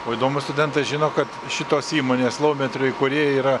o įdomu studentai žino kad šitos įmonės laumetrio įkūrėjai yra